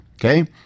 okay